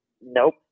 Nope